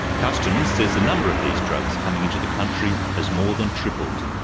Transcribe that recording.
customs says the number of these drugs coming into the country has more than tripled.